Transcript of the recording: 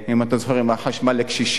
אם אתה זוכר, בחשמל לקשישים.